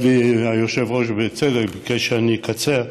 היות שהיושב-ראש, ובצדק, ביקש שאני אקצר,